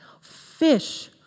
fish